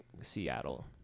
Seattle